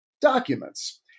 documents